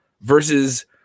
versus